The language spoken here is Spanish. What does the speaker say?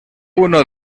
uno